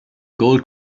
gold